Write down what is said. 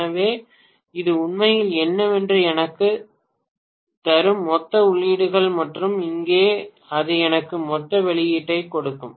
எனவே இது உண்மையில் என்னவென்று எனக்குத் தரும் மொத்த உள்ளீடுகள் மற்றும் இங்கே அது எனக்கு மொத்த வெளியீட்டைக் கொடுக்கும்